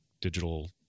digital